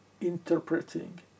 interpreting